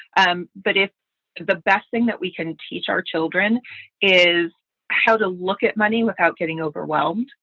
and but if the best thing that we can teach our children is how to look at money without getting overwhelmed,